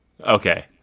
Okay